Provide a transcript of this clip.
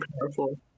powerful